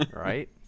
Right